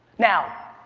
now,